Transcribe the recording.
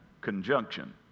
conjunction